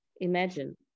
Imagine